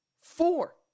Four